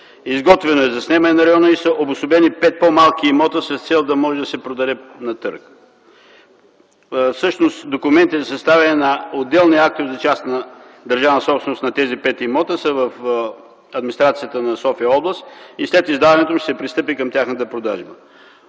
Изготвено е заснемане на района и са обособени пет по-малки имота с цел да може да се продаде на търг. Всъщност документи за съставяне на отделни актове за частна държавна собственост на тези пет имота са в администрацията на София област и след издаването им ще се пристъпи към тяхната продажба.